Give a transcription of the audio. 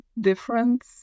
difference